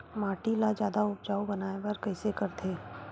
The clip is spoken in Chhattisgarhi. माटी ला जादा उपजाऊ बनाय बर कइसे करथे?